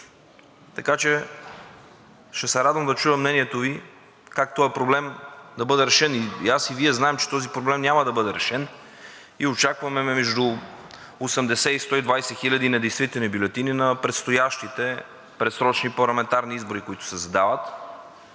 така че ще се радвам да чуя мнението Ви как този проблем може да бъде решен. Аз и Вие знаем, че този проблем няма да бъде решен. Очакваме между 80 и 120 хиляди недействителни бюлетини на предстоящите предсрочни парламентарни избори, които се задават.